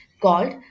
called